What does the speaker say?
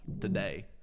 today